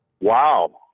wow